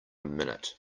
minute